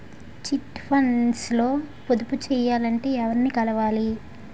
Chit funds లో పొదుపు చేయాలంటే ఎవరిని కలవాలి?